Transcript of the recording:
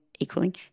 Equally